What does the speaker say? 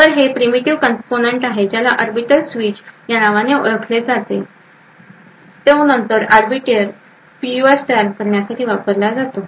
तर हे primitive component ज्याला आर्बिटर स्विच ह्या नावाने ओळखले जाते तो नंतर आर्बीटर पीयूएफ तयार करण्यासाठी वापरला जातो